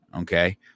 Okay